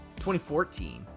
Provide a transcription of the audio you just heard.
2014